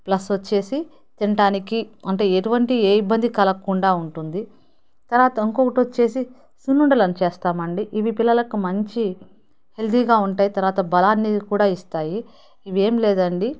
plus వచ్చేసి తినటానికి అంటే ఎటువంటి ఏ ఇబ్బంది కలగకుండా ఉంటుంది తర్వాత ఇంకోటోచ్చేసి సున్నుండలు అని చేస్తామండి ఇవి పిల్లలకు మంచి హెల్తీగా ఉంటాయి తర్వాత బలాన్ని కూడా ఇస్తాయి ఇవి ఏం లేదండి